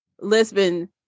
Lisbon